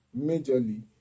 majorly